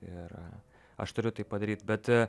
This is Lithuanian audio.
ir aš turiu tai padaryt bet